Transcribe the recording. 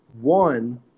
one